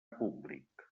públic